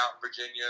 Virginia